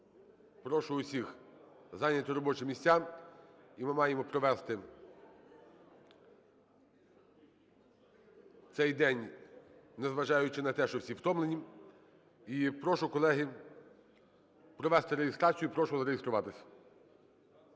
прошу всіх зайняти робочі місця, і ми маємо провести цей день, незважаючи на те, що всі втомлені. І прошу, колеги, провести реєстрацію, прошу зареєструватися.